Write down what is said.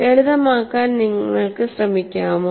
ലളിതമാക്കാൻ നിങ്ങൾക്ക് ശ്രമിക്കാമോ